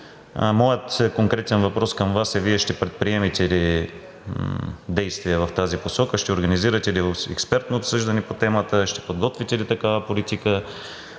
Моят конкретен въпрос към Вас е: Вие ще предприемете ли действия в тази посока? Ще организирате ли експертно обсъждане по темата? Ще подготвите ли такава политика?